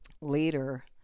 later